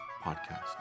Podcast